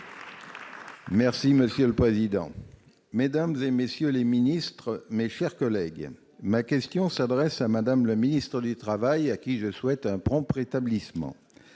Monsieur le président, mesdames, messieurs les ministres, mes chers collègues, ma question s'adresse à Mme la ministre du travail, à laquelle je souhaite un prompt rétablissement.